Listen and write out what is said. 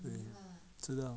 知道